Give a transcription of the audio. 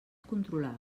controlava